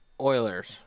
Oilers